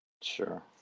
Sure